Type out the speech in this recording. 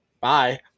bye